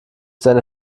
seine